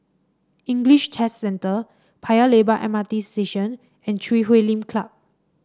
English Test Centre Paya Lebar M R T Station and Chui Huay Lim Club